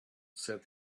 said